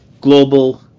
global